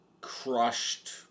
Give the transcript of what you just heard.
crushed